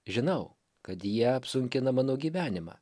žinau kad jie apsunkina mano gyvenimą